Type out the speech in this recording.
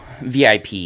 VIP